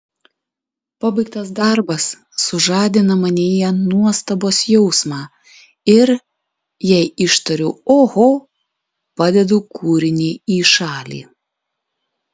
pabaigtas darbas sužadina manyje nuostabos jausmą ir jei ištariu oho padedu kūrinį į šalį